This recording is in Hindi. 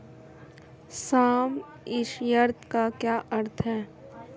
सम एश्योर्ड का क्या अर्थ है?